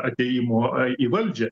atėjimo į valdžią